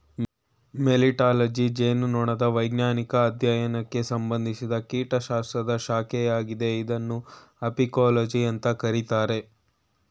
melittology ಜೇನುನೊಣದ ವೈಜ್ಞಾನಿಕ ಅಧ್ಯಯನಕ್ಕೆ ಸಂಬಂಧಿಸಿದ ಕೀಟಶಾಸ್ತ್ರದ ಶಾಖೆಯಾಗಿದೆ ಇದನ್ನು ಅಪಿಕೋಲಜಿ ಅಂತ ಕರೀತಾರೆ